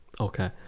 okay